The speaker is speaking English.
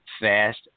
fast